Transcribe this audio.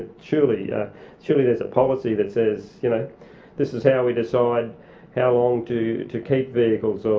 surely surely there's a policy that says you know this is how we decide how long to to keep vehicles.